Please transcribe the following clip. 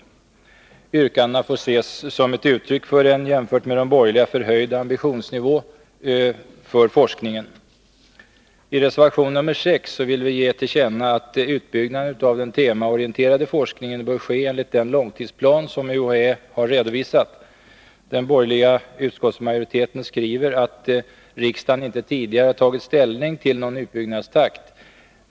Våra yrkanden får ses, jämfört med de borgerligas förslag, som uttryck för en förhöjd ambitionsnivå för forskningen. I reservation 6 vill vi ge till känna att utbyggnaden av den temaorienterade forskningen bör ske enligt den långtidsplan som UHÄ har redovisat. Den borgerliga utskottsmajoriteten skriver att riksdagen inte tidigare har tagit ställning till någon utbyggnadstakt.